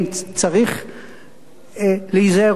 אם צריך להיזהר.